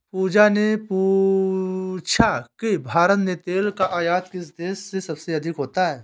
पूजा ने पूछा कि भारत में तेल का आयात किस देश से सबसे अधिक होता है?